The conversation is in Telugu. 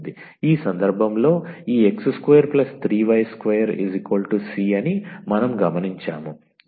ఈ సందర్భంలో ఈ 𝑥2 3𝑦2 𝑐 అని మనం గమనించాము